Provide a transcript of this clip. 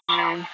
ah